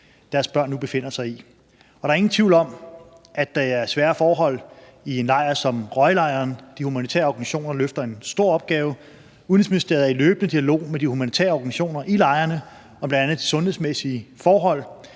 deres børn nu befinder sig i. Der er ingen tvivl om, at det er svære forhold i en lejr som al-Roj-lejren. De humanitære organisationer løfter en stor opgave. Udenrigsministeriet er i løbende dialog med de humanitære organisationer i lejrene om bl.a. de sundhedsmæssige forhold.